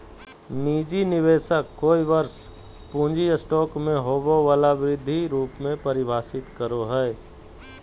निजी निवेशक कोय वर्ष पूँजी स्टॉक में होबो वला वृद्धि रूप में परिभाषित करो हइ